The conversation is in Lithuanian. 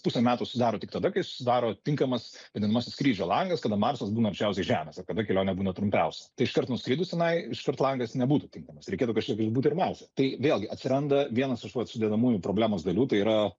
pusę metų susidaro tik tada kai susidaro tinkamas vadinamasis skrydžio langas kada marsas būna arčiausiai žemės ir kada kelionė būna trumpiausia tai iškart nuskridus tenai iškart langas nebūtų tinkamas reikėtų kažkiek išbūt ir marse tai vėlgi atsiranda vienas iš vat sudedamųjų problemos dalių tai yra